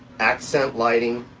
accent lighting,